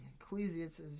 Ecclesiastes